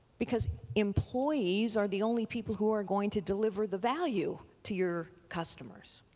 because employees are the only people who are going to deliver the value to your customers,